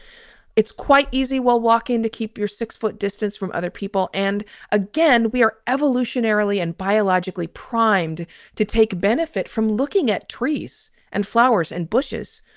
it's quite easy while walking to keep your six foot distance from other people. and again, we are evolutionarily and biologically primed to take benefit from looking at trees and flowers and bushes.